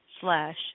slash